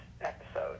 episode